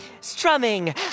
strumming